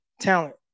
talent